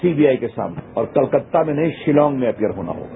CBI के सामने और कोलकाता में नहीं शिलांग में अपेयर होना होगा